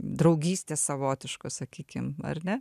draugystės savotiškos sakykim ar ne